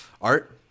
Art